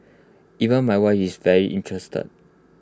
even my wife is very interested